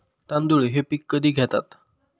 तांदूळ हे पीक कधी घेतात?